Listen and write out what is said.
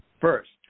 first